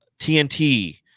TNT